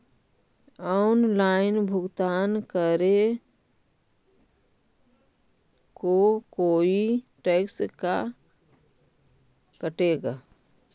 Online भुगतान करे को कोई टैक्स का कटेगा?